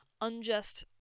unjust